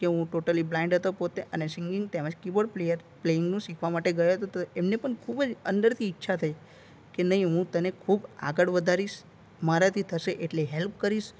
કે હું totally blind હતો પોતે અને સિંગિંગ તેમજ કિબોર્ડ પ્લેઈંગનું શીખવા માટે ગયો હતો એમને પણ ખૂબ જ અંદરથી ઈચ્છા થઈ કે નહીં હું તને ખૂબ આગળ વધારીશ મારાથી થશે એટલી હેલ્પ કરીશ